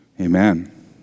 Amen